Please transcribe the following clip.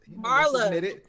Marla